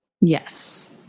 Yes